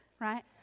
right